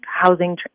housing